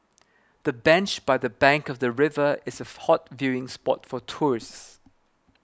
the bench by the bank of the river is a hot viewing spot for tourists